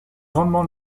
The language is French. grandement